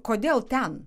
kodėl ten